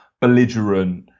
belligerent